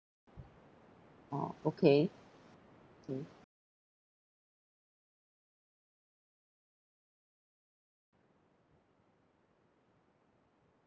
oh okay okay